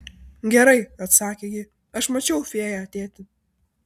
gerai atsakė ji aš mačiau fėją tėti